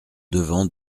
devant